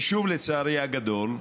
ושוב, לצערי הגדול,